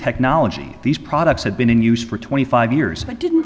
technology these products had been in use for twenty five years i didn't